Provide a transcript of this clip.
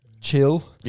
chill